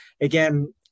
again